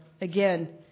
again